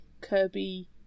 Kirby